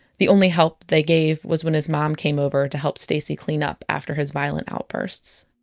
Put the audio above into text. the only help they gave was when his mom came over to help stacie clean up after his violent outbursts